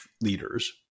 leaders